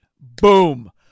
boom